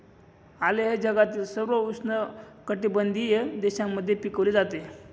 आले हे जगातील सर्व उष्णकटिबंधीय देशांमध्ये पिकवले जाते